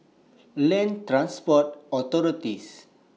Land Transport Authority